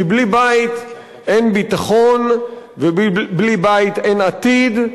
כי בלי בית אין ביטחון ובלי בית אין עתיד.